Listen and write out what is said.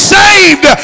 saved